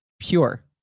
pure